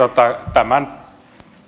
tämän